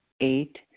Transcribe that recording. Eight